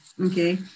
okay